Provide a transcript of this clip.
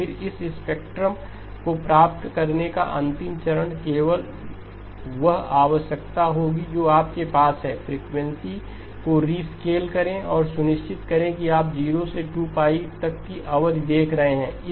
फिर इस स्पेक्ट्रम को प्राप्त करने का अंतिम चरण केवल वह आवश्यकता होगी जो आपके पास है फ्रीक्वेंसी को री स्केल करें और सुनिश्चित करें कि आप 0 से 2 तक की अवधि देख रहे हैं